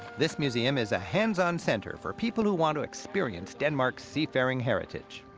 this museum is a hands-on center for people who want to experience denmark's seafaring heritage.